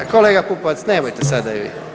A kolega Pupovac nemojte sada vi.